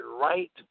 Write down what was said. right